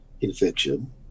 infection